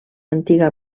antiga